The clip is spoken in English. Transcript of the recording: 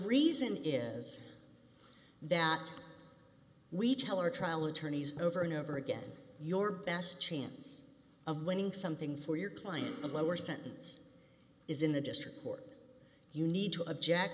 reason is that we tell our trial attorneys over and over again your best chance of winning something for your client the lower sentence is in the district court you need